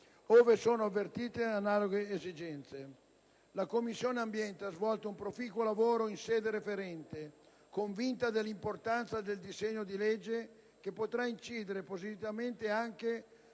ove sono avvertite analoghe esigenze. La Commissione ambiente ha svolto un proficuo lavoro in sede referente, convinta dell'importanza del disegno di legge che potrà incidere positivamente anche